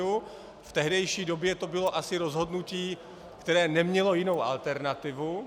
V tehdejší době to bylo asi rozhodnutí, které nemělo jinou alternativu.